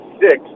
six